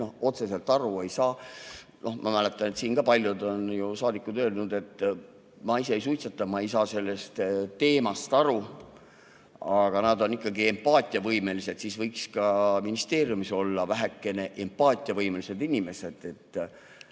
otseselt aru ei saa. Ma mäletan, et kui siin paljud saadikud on öelnud, et ma ise ei suitseta, ma ei saa sellest teemast aru, aga nad on ikkagi empaatiavõimelised, siis võiks ka ministeeriumis olla vähekene empaatiavõimelisemad inimesed. Ma